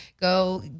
go